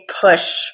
push